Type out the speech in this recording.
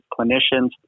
clinicians